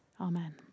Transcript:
Amen